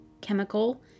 chemical